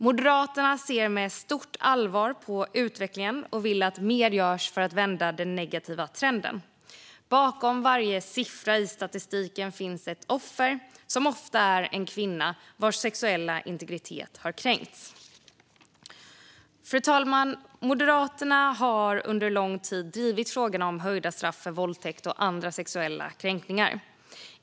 Moderaterna ser med stort allvar på utvecklingen och vill att mer görs för att vända den negativa trenden. Bakom varje siffra i statistiken finns ett offer, som ofta är en kvinna vars sexuella integritet har kränkts. Fru talman! Moderaterna har under lång tid drivit frågorna om höjda straff för våldtäkt och andra sexuella kränkningar.